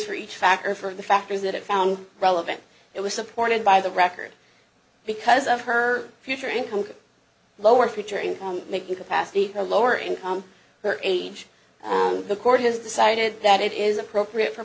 for each factor for the factors that it found relevant it was supported by the record because of her future income could lower future income making capacity a lower income her age the court has decided that it is appropriate for